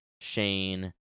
shane